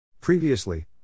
Previously